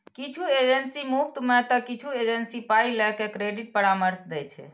किछु एजेंसी मुफ्त मे तं किछु एजेंसी पाइ लए के क्रेडिट परामर्श दै छै